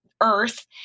earth